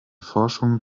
forschung